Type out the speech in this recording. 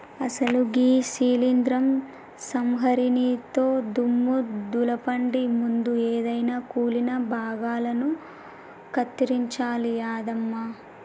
అసలు గీ శీలింద్రం సంహరినితో దుమ్ము దులపండి ముందు ఎదైన కుళ్ళిన భాగాలను కత్తిరించాలి యాదమ్మ